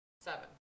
seven